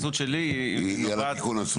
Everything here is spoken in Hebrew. כי ההתייחסות שלי --- היא על התיקון עצמו,